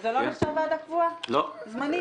זה לא נחשב ועדה קבועה זמנית?